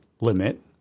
limit